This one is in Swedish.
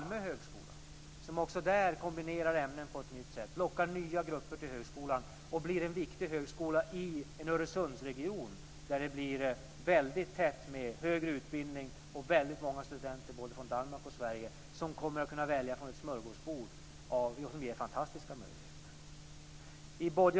Också på Malmö högskola kombinerar man ämnen på ett nytt sätt, lockar nya grupper till högskolan och blir viktig i en Öresundsregion där det blir väldigt tätt med högre utbildning och väldigt många studenter både från Danmark och Sverige som kommer att kunna välja från ett smörgåsbord som ger fantastiska möjligheter.